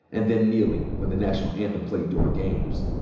and then kneeling when the national anthem played during games.